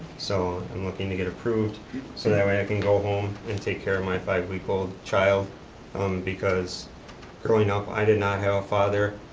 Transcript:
so i'm looking to get approved so that way i can go home and take care of my five week old child because growing up i did not have a father,